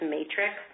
Matrix